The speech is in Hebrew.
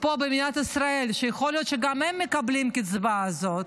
פה במדינת ישראל שיכול להיות שגם הם מקבלים את הקצבה הזאת.